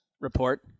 Report